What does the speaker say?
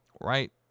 Right